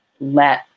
let